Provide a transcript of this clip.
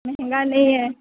مہنگا نہیں ہے